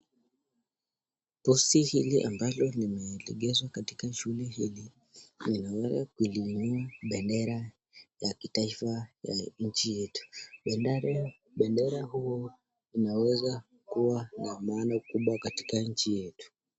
Posti hili ambalo limelegezwa katika shule hili, na limeundwa kuliinua bendera ya kitaifa ya nchi yetu. Bendera huu unaweza kuwa na maana kubwa katika nchi hii yetu.